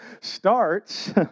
starts